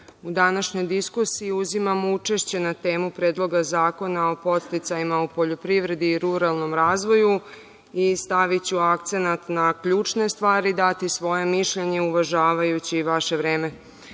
u današnjoj diskusiji uzimam učešće na temu Predloga zakona o podsticajima u poljoprivredi i ruralnom razvoju. Staviću akcenat na ključne stvari, ali i dati svoje mišljenje, uvažavajući vaše vreme. Dakle,